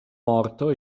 morto